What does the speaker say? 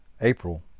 April